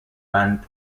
banned